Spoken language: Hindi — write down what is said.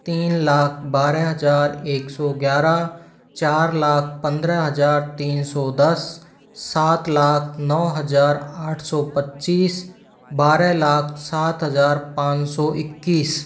तीन लाख बारह हज़ार एक सौ ग्यारह चार लाख पंद्रह हज़ार तीन सौ दस सात लाख नौ हज़ार आठ सौ पच्चीस बारह लाख सात हज़ार पाँच सौ इक्कीस